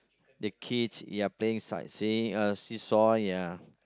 the kids they're play inside seeing us see-saw ya